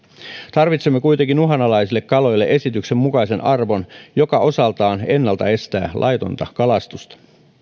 tarvitsemme kuitenkin uhanalaisille kaloille esityksen mukaisen arvon joka osaltaan ennalta estää laitonta kalastusta